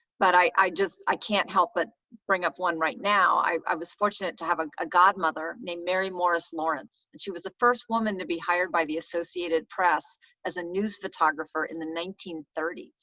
but i just, i can't help but bring up one right now. i was fortunate to have a godmother named mary morris lawrence, and she was the first woman to be hired by the associated press as a news photographer in the nineteen thirty